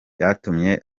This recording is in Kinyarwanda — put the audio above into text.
byatumye